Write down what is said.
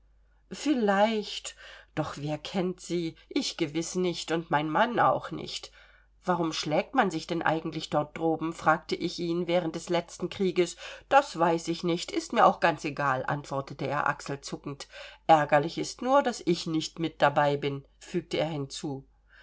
vielleicht doch wer kennt sie ich gewiß nicht und mein mann auch nicht warum schlägt man sich denn eigentlich dort droben fragte ich ihn während des letzten krieges das weiß ich nicht ist mir auch ganz egal antwortete er achselzuckend ärgerlich ist nur daß ich nicht mit dabei bin fügte er hinzu